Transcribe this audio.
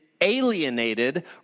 alienated